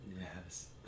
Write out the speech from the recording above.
yes